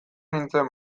nintzen